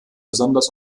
besonders